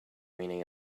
meaning